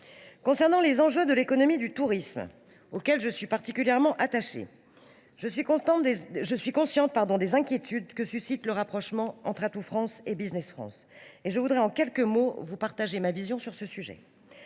Concernant les enjeux de l’économie du tourisme, à laquelle je suis particulièrement attachée, je suis consciente des inquiétudes que suscite le rapprochement entre Atout France et Business France. Je voudrais en quelques mots vous faire part de ma vision sur ce sujet.